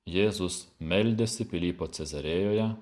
jėzus meldėsi pilypo cezarėjoje